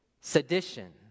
Sedition